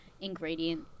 ingredient